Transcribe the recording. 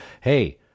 hey